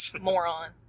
moron